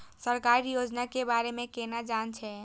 सरकारी योजना के बारे में केना जान से?